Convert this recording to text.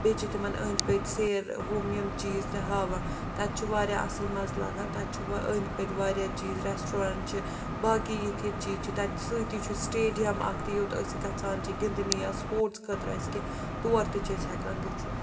بیٚیہِ چھِ تِمَن أنٛدۍ پٔتۍ سیر ہُم یِم چیٖز تہِ ہاوان تَتہِ چھُ واریاہ اَصٕل مَزٕ لَگان تَتہِ چھُ وۄنۍ أنٛدۍ پٔتۍ واریاہ چیٖز رٮ۪سٹورنٛٹ چھِ باقٕے یِتھۍ یِتھۍ چیٖز چھِ تَتہِ سۭتی چھُ سِٹیڈیَم اَکھ تہِ یوٚت أسۍ گژھان چھِ گِنٛدنہِ یا سٕپوٹٕس خٲطرٕ آسہِ کیٚنٛہہ تور تہِ چھِ أسۍ ہٮ۪کان گٔژھِتھ